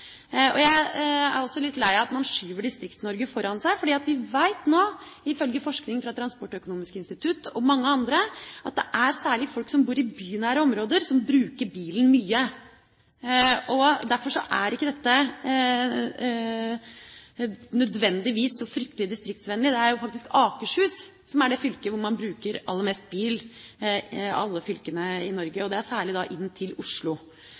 Jeg er også litt lei av at man skyver Distrikts-Norge foran seg, fordi vi vet nå, ifølge forskning fra Transportøkonomisk institutt og mange andre, at det er særlig folk som bor i bynære områder, som bruker bilen mye. Derfor er ikke dette nødvendigvis så fryktelig distriktsvennlig. Det er faktisk Akershus som er det fylket i Norge hvor man bruker aller mest bil,